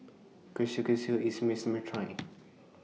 Kushikatsu IS must A Try